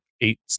Eight